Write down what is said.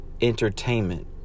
entertainment